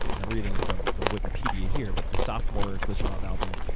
and i'm reading from from wikipedia here, but the sophomore glitch mob album,